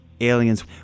aliens